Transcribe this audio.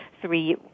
three